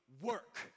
work